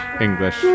English